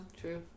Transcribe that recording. true